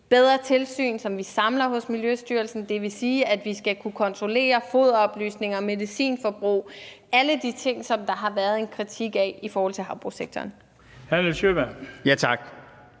bedre tilsyn, som vi samler i Miljøstyrelsen, og det vil sige, at vi skal kunne kontrollere foderoplysninger, medicinforbrug og alle de ting, der har været en kritik af i forhold til havbrugssektoren.